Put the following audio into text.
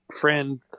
friend